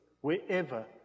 wherever